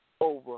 over